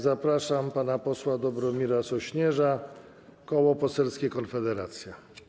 Zapraszam pana posła Dobromira Sośnierza, Koło Poselskie Konfederacja.